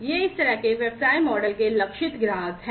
ये इस तरह के व्यवसाय मॉडल के लक्षित ग्राहक हैं